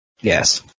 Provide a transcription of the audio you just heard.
Yes